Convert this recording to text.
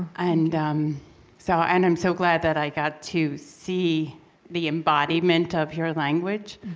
and um so and i'm so glad that i got to see the embodiment of your language.